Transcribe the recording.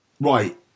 right